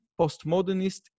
postmodernist